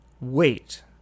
Wait